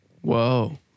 Whoa